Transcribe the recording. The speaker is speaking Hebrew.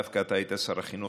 דווקא אתה היית שר החינוך,